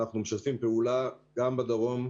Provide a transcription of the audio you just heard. אנחנו משתפים פעולה גם בדרום,